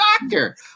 doctor